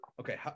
Okay